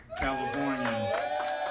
California